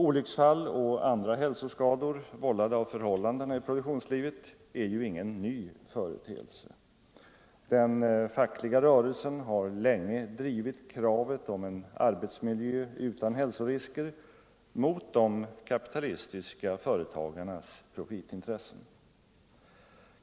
Olycksfall och andra hälsoskador vållade av förhållandena i produktionslivet är ju ingen ny företeelse. Den fackliga rörelsen har länge drivit kravet på en arbetsmiljö utan hälsorisker, gentemot de kapitalistiska företagarnas profitintressen.